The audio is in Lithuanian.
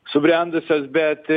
subrendusios bet